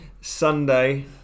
Sunday